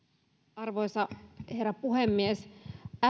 arvoisa herra puhemies